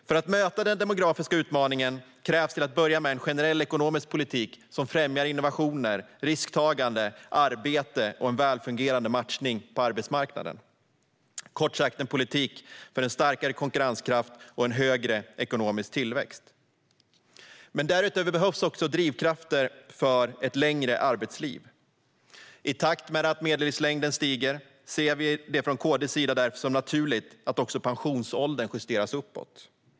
För att möta den demografiska utmaningen krävs till att börja med en generell ekonomisk politik som främjar innovationer, risktagande, arbete och en välfungerande matchning på arbetsmarknaden - kort sagt, en politik för en starkare konkurrenskraft och en högre ekonomisk tillväxt. Men därutöver behövs också drivkrafter för ett längre arbetsliv. I takt med att medellivslängden stiger ser vi det från KD:s sida därför som naturligt att också pensionsåldern justeras uppåt.